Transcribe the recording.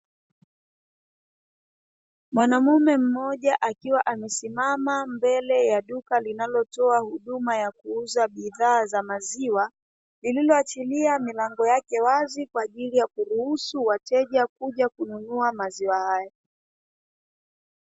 Mwanaume mmoja akiwa amesimama mbele ya duka linalotoa huduma za kuuza bidhaa ya maziwa, lililoachilia milango yake wazi kwa ajili ya kuruhusu wateja Kuja kununua maziwa hayo.